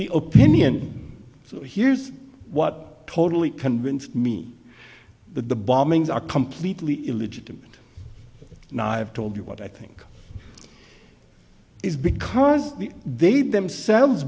the open ian here's what totally convinced me that the bombings are completely illegitimate now i've told you what i think is because they themselves